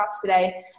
today